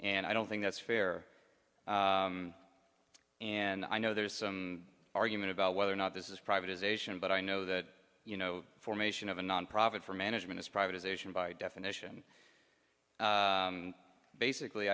and i don't think that's fair and i know there's some argument about whether or not this is privatization but i know that you know formation of a nonprofit for management is privatization by definition basically